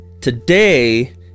today